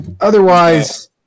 otherwise